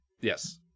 Yes